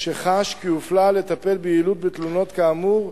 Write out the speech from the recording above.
שחש כי הופלה, ולטפל ביעילות בתלונות כאמור,